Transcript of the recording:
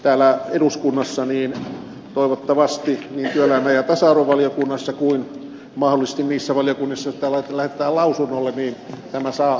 täällä eduskunnassa toivottavasti niin työelämä ja tasa arvovaliokunnassa kuin mahdollisesti niissä valiokunnissa joihin tämä lähetetään lausunnolle tämä saa arvoisensa käsittelyn